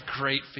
great